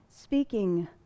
speaking